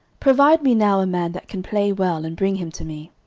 provide me now a man that can play well, and bring him to me.